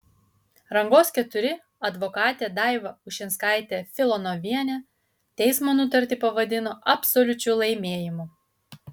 rangos iv advokatė daiva ušinskaitė filonovienė teismo nutartį pavadino absoliučiu laimėjimu